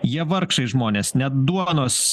jie vargšai žmonės net duonos